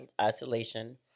isolation